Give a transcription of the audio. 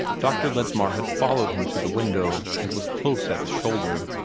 dr. ledsmar had followed him to the window, and was close at his shoulder.